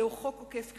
זהו חוק עוקף-כנסת,